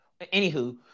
Anywho